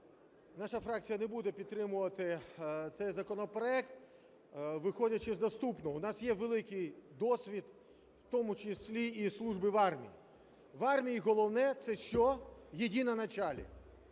Наша фракція не буде підтримувати цей законопроект, виходячи з наступного. У нас є великий досвід, в тому числі і служби в армії. В армії головне це що – единоначалие.